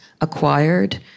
acquired